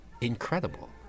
incredible